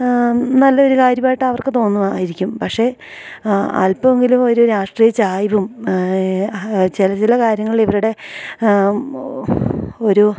നല്ലൊരു കാര്യമായിട്ടവർക്ക് തോന്നുമായിരിക്കും പക്ഷേ അൽപ്പമെങ്കിലുമൊരു രാഷ്ട്രീയ ചായ്വും ആ ചില ചില കാര്യങ്ങളില് ഇവരുടെ ഒരു